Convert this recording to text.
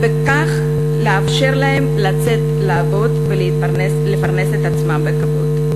ובכך לאפשר להם לצאת לעבוד ולפרנס את עצמם בכבוד.